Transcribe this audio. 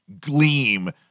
gleam